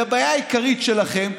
הבעיה העיקרית שלכם,